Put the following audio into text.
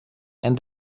and